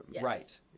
Right